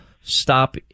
stop